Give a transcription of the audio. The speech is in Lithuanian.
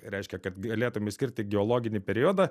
reiškia kad galėtum išskirti geologinį periodą